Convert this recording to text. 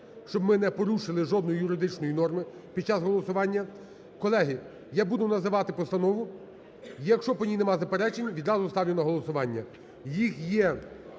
щоб ми не порушили жодної юридичної норми під час голосування. Колеги, я буду називати постанову, якщо по ній нема заперечень, відразу ставлю на голосування.